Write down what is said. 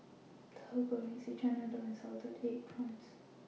Tauhu Goreng Szechuan Noodle and Salted Egg Prawns